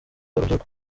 urubyiruko